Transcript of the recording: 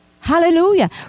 Hallelujah